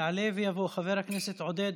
יעלה ויבוא חבר הכנסת עודד